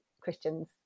Christians